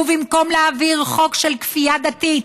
ובמקום להעביר חוק של כפייה דתית,